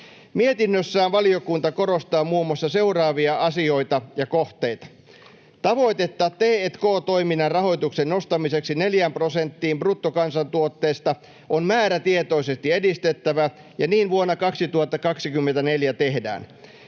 Mietinnössään valiokunta korostaa muun muassa seuraavia asioita ja kohteita: Tavoitetta t&k-toiminnan rahoituksen nostamiseksi neljään prosenttiin bruttokansantuotteesta on määrätietoisesti edistettävä, ja niin vuonna 2024 tehdään.